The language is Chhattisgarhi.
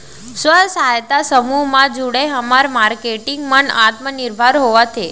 स्व सहायता समूह म जुड़े हमर मारकेटिंग मन आत्मनिरभर होवत हे